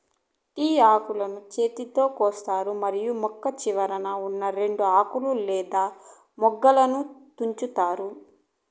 tea ఆకులను చేతితో కోస్తారు మరియు మొక్క చివరన ఉన్నా రెండు ఆకులు లేదా మొగ్గలను తుంచుతారు